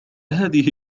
هذه